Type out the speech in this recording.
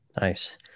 Nice